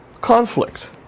conflict